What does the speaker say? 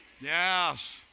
Yes